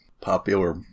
popular